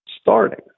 starting